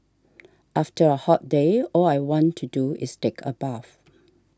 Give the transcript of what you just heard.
after a hot day all I want to do is take a bath